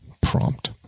prompt